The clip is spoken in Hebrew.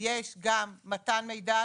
יש גם מתן מידע.